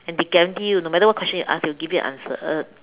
and they guarantee you no matter what question you ask they will give you a answer